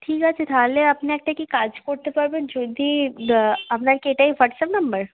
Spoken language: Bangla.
ঠিক আছে তাহলে আপনি একটা কি কাজ করতে পারবেন যদি আপনার কি এটাই হোয়াটসঅ্যাপ নাম্বার